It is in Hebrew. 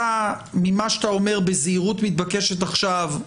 ממה שאתה אומר בזהירות מתבקשת עכשיו,